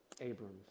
Abram's